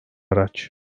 araç